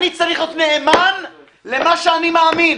אני צריך להיות נאמן למה שאני מאמין.